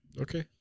Okay